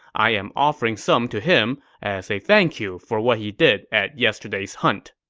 i am offering some to him as a thank-you for what he did at yesterday's hunt.